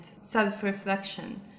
self-reflection